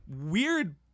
weird